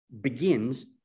begins